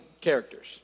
characters